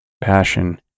passion